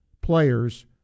players